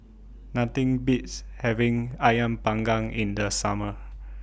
Nothing Beats having Ayam Panggang in The Summer